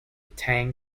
tang